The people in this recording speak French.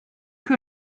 que